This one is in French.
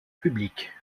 publique